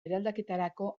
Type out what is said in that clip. eraldaketarako